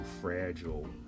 fragile